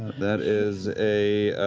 that is a